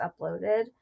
uploaded